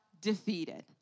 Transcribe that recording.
Defeated